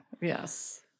Yes